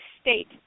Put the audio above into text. state